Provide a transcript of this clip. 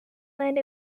land